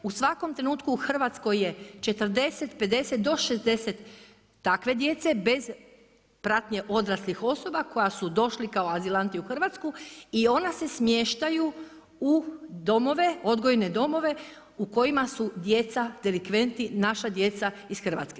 U svakom trenutku u Hrvatskoj je 40, 50 do 60 takve djece bez pratnje odraslih osoba koja su došli kao azilanti u Hrvatsku i oni se smještaju u odgojne domove u kojima su djeca delikventi, naša djeca iz Hrvatske.